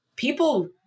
People